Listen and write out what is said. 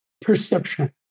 perception